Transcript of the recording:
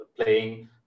playing